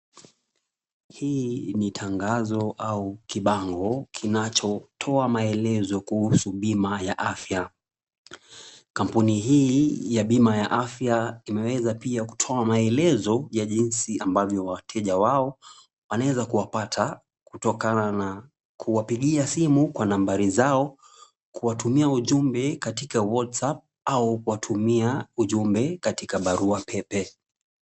Hii ni tangazo au kibango kinachotoa maelezo kuhusu bima ya afya. Kampuni hii ya bima ya afya imeweza pia kutoa maelezo ya jinsi ambavyo wateja wao wanaweza kuwapata kutokana na kuwapigia simu kwa nambari zao, kuwatumia ujumbe katika WhatsApp au kuwatumia ujumbe katika barua pepe.